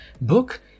book